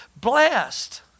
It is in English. blessed